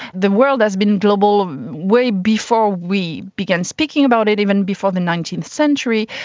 the world has been global way before we began speaking about it, even before the nineteenth century.